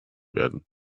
werden